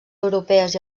europees